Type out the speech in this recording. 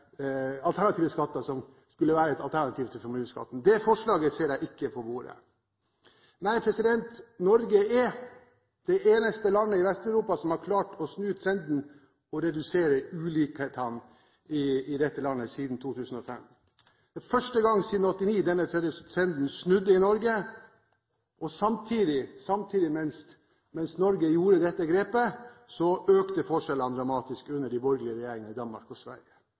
alternative skatter som bidro til at de som har mest ressurser – de som har høyest inntekt, de som har mest å bidra med – fikk skatter som et alternativ til formuesskatten. Det forslaget ser jeg ikke på bordet. Nei, Norge er det eneste landet i Vest-Europa som siden 2005 har klart å snu trenden og redusere ulikhetene. Det er første gangen siden 1989 at denne trenden snudde i Norge. Samtidig – mens Norge gjorde dette grepet – økte